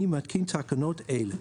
אני מתקין תקנות אלה: